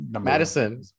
Madison